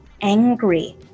angry